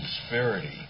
disparity